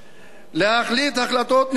להחליט החלטות נבונות